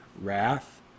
wrath